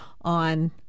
on